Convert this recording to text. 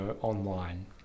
online